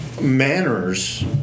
manners